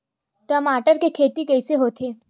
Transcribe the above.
टमाटर के खेती कइसे होथे?